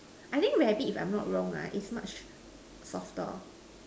I think rabbit if I'm not wrong right is much softer